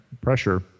pressure